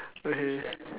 okay